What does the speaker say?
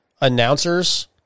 announcers